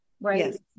right